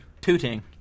Tooting